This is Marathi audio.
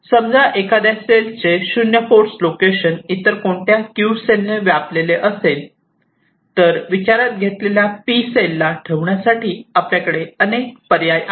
समजा एखाद्या सेलचे 0 फोर्स लोकेशन इतर कोणत्या 'q' सेलने व्यापलेले असेल तर विचारात असलेल्या 'p' सेलला ठेवण्यासाठी आपल्याकडे अनेक पर्याय आहेत